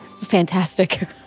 Fantastic